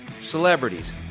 celebrities